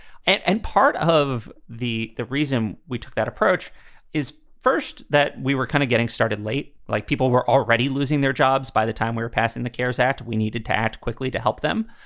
and and part of the the reason we took that approach is first that we were kind of getting started late, like people were already losing their jobs by the time we were passing the keres act. we needed to act quickly to help them,